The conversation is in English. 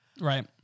Right